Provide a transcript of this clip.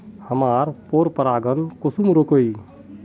हमार पोरपरागण कुंसम रोकीई?